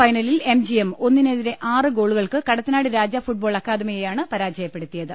ഫൈനലിൽ M G M ഒന്നിനെതിരെ ആറ് ഗോളുകൾക്ക് കടത്തനാട് രാജ ഫുട്ബാൾ അക്കാദമിയെയാണ് പരാജയപ്പെടുത്തിയത്